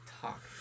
talk